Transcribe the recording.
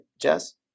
Jess